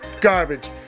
garbage